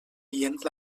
dient